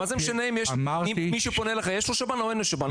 מה זה משנה אם למי שפונה אלייך יש לו שב"ן או אין לו שב"ן.